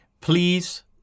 Please